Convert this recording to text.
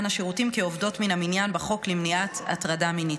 השירותים כעובדות מן המניין בחוק למניעת הטרדה מינית.